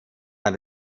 and